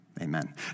Amen